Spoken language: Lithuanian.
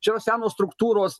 čia yra senos struktūros